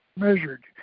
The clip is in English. Measured